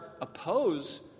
oppose